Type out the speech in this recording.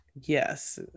yes